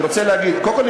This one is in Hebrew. אני רוצה להגיד: קודם כול,